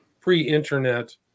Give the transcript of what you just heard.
pre-internet